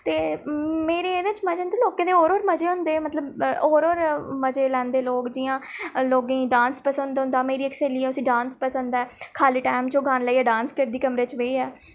ते मेरे एह्दे च मजे न ते लोकें दे होर होर मजे होंदे मतलब होर होर मजे लैंदे लोक जि'यां लोकें डांस पसंद होंदा मेरी इक स्हेली ऐ उस्सी डांस पसंद ऐ खाली टाइम च ओह् गाने लाइयै डांस करदी कमरे च बेहियै